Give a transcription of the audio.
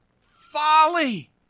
Folly